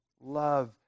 love